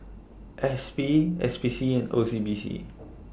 S P S P C and O C B C